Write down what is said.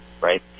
right